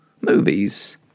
movies